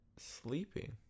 sleeping